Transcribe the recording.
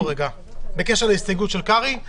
חשוב שהם ידברו בקשר להסתייגות של חבר הכנסת קרעי.